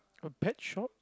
a pet shop